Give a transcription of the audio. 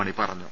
മണി പറഞ്ഞു